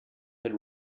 had